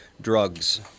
drugs